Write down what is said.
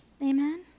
Amen